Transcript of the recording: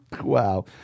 Wow